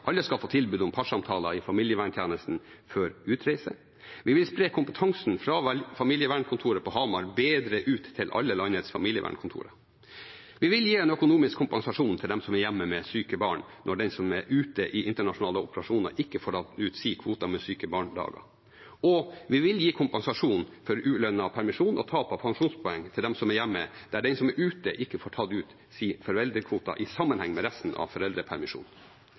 alle skal få tilbud om parsamtaler i familieverntjenesten før utreise. Vi vil spre kompetansen fra familievernkontoret på Hamar bedre ut til alle landets familievernkontorer. Vi vil gi en økonomisk kompensasjon til dem som er hjemme med syke barn, når den som er ute i internasjonale operasjoner, ikke får tatt ut sin kvote med syke-barn-dager. Og vi vil gi kompensasjon for ulønnet permisjon og tap av pensjonspoeng til den som er hjemme, der den som er ute, ikke får tatt ut sin foreldrekvote i sammenheng med resten av foreldrepermisjonen.